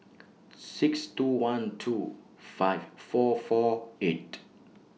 six two one two five four four eight